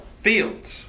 fields